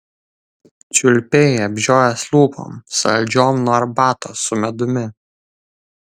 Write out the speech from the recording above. čiulpei apžiojęs lūpom saldžiom nuo arbatos su medumi